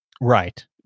right